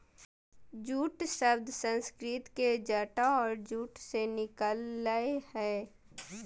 jute शब्द संस्कृत के जटा और जूट से निकल लय हें